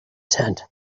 tent